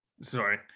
sorry